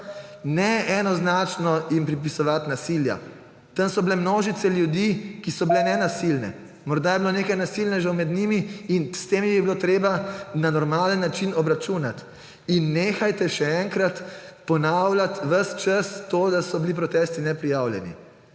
ne enoznačno jim pripisovati nasilja. Tam so bile množice ljudi, ki so bile nenasilne. Morda je bilo nekaj nasilnežev med njimi in s temi bi bilo treba na normalen način obračunati. In nehajte že enkrat ponavljati ves čas to, da so bili protesti neprijavljeni.